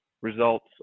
results